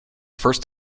first